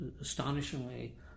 astonishingly